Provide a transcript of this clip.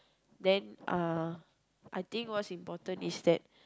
then uh I think what's important is that